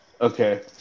Okay